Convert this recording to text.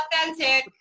authentic